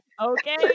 Okay